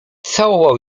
całował